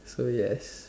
so yes